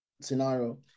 scenario